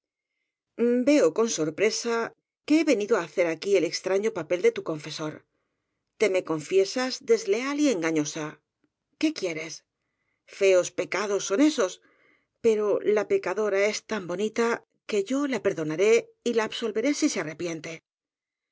veo con sorpresa que he venido á hacer aquí el extraño papel de tu confesor te me confiesas desleal y engañosa qué quieres feos pecados son esos pero la pecadora es tan bonita que yo la perdonaré y la absolveré si se arrepiente